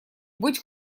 быть